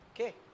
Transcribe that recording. Okay